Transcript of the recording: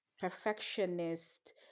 perfectionist